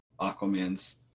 Aquaman's